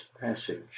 passage